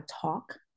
talk